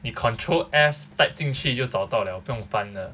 you control F type 进去就找到了不用翻的